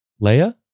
leia